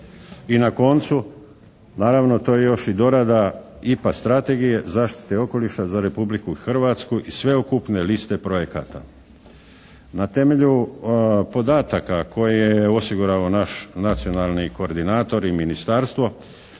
I na koncu, naravno to je još i dorada IPA strategije zaštite okoliša za Republiku Hrvatsku i sveukupne liste projekata. Na temelju podataka koje je osigurao naš nacionalni koordinator i ministarstvo,